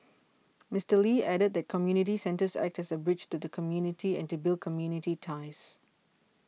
Mister Lee added that community centres act as a bridge to the community and to build community ties